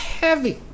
heavy